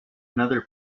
another